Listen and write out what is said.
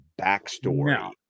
backstory